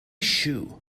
shoe